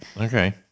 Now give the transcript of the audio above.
Okay